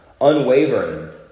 unwavering